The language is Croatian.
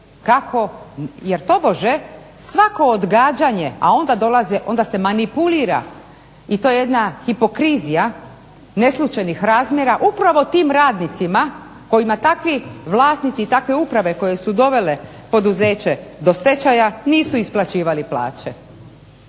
jer tobože svako odgađanje, a onda se manipulira i to je jedna hipokrizija neslućenih razmjera upravo tim radnicima kojima takvi vlasnici i takve uprave koje su dovele poduzeće do stečaja nisu isplaćivali plaće.